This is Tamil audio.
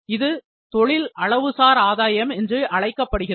இது தொழில் அளவுசார் ஆதாயம் என்று அழைக்கப்படுகிறது